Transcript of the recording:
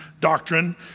doctrine